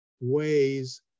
ways